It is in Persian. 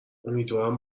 امیدوارم